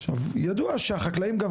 ידוע שהחקלאים.